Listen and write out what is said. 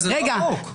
זה לא החוק.